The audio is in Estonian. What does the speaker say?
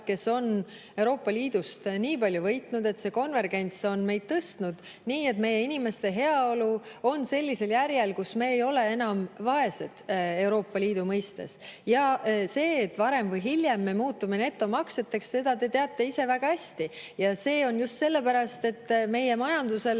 kes on Euroopa Liidust nii palju võitnud, et see konvergents on meid tõstnud nii, et meie inimeste heaolu on sellisel järjel, kus me ei ole enam vaesed Euroopa Liidu mõistes. Ja seda, et varem või hiljem me muutume netomaksjateks, te teate ise väga hästi. See on just sellepärast, et meie majandusel